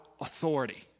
authority